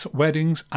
weddings